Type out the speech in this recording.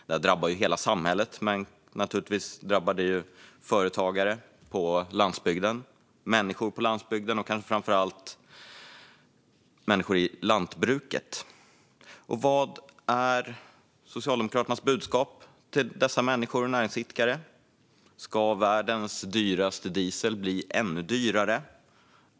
Detta drabbar hela samhället, och naturligtvis drabbar det företagare och människor på landsbygden. Framför allt drabbar det människor i lantbruket. Vad är Socialdemokraternas budskap till dessa människor och näringsidkare? Ska världens dyraste diesel bli ännu dyrare?